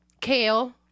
Kale